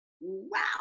Wow